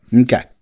Okay